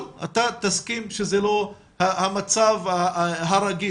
אבל אתה תסכים שזה לא המצב הרגיל,